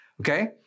Okay